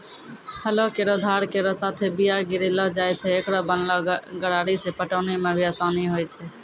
हलो केरो धार केरो साथें बीया गिरैलो जाय छै, एकरो बनलो गरारी सें पटौनी म भी आसानी होय छै?